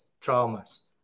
traumas